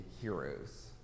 heroes